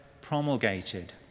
promulgated